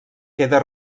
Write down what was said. queda